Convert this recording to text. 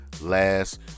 last